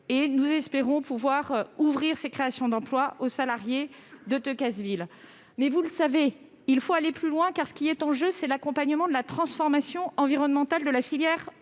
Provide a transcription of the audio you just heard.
et nous espérons pouvoir ouvrir ces emplois aux salariés de Decazeville. Toutefois, vous le savez, il faut aller plus loin. Ce qui est en jeu, c'est l'accompagnement de la transformation environnementale de la filière